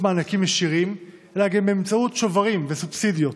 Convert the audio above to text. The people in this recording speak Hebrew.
מענקים ישירים אלא גם באמצעות שוברים וסובסידיות.